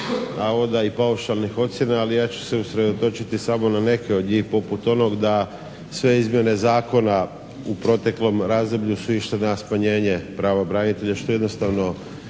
navoda i paušalnih ocjena, ali ja ću se usredotočiti samo na neke od njih. Poput onoga da sve izmjene zakona u proteklom razdoblju su išle na smanjenje prava branitelja, što jednostavno